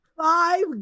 Five